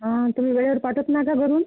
हा तुम्ही वेळेवर पाठवत नाही का घरून